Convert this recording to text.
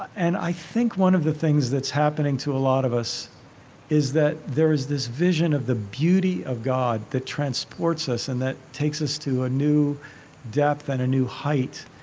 and i think one of the things that's happening to a lot of us is that there's this vision of the beauty of god that transports us and that takes us to a new depth and a new height.